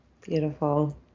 Beautiful